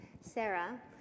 Sarah